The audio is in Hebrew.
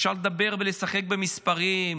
אפשר לדבר ולשחק במספרים,